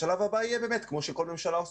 השלב הבא יהיה כמו שכל ממשלה,